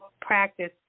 practice